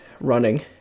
running